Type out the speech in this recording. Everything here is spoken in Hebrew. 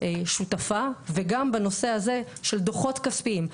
שותפה וגם בנושא הזה של דו"חות כספיים,